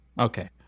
okay